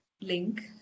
link